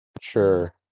Sure